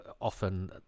often